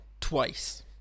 twice